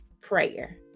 prayer